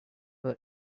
were